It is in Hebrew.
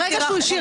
שכן.